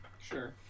Sure